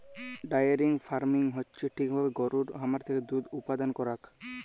diary farming হচ্যে ঠিক ভাবে গরুর খামার থেক্যে দুধ উপাদান করাক